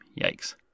Yikes